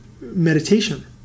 meditation